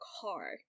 car